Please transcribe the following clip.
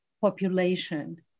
population